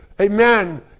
Amen